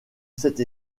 cette